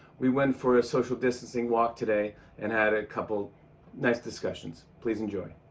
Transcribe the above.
we went for a social distancing walk today and had a couple nice discussions. please enjoy.